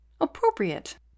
appropriate